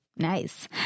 Nice